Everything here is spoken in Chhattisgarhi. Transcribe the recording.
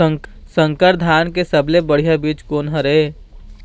संकर धान के सबले बढ़िया बीज कोन हर ये?